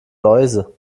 läuse